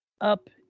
up